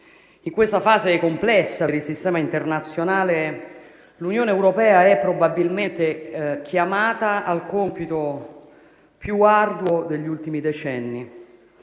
In questa fase complessa per il sistema internazionale, l'Unione europea è probabilmente chiamata al compito più arduo degli ultimi decenni: